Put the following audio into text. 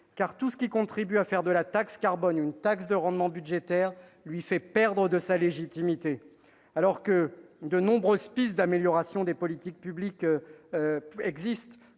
car tout ce qui contribue à faire de la taxe carbone une taxe de rendement budgétaire lui fait perdre de sa légitimité. De nombreuses pistes d'amélioration des politiques publiques existent,